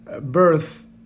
birth